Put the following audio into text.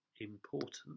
important